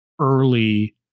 early